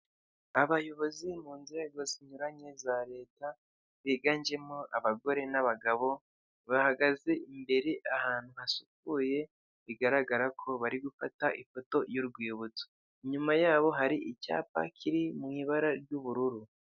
Abayobozi mu nzego zinyuranye za leta biganjemo abagore n'abagabo, bahagaze imbere ahantu hasukuye; bigaragara ko bari gufata ifoto y'urwibutso. Inyuma yabo hari icyapa kiri mu ibara ry'ubururu.